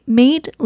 made